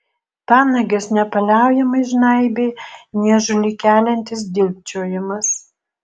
panages nepaliaujamai žnaibė niežulį keliantis dilgčiojimas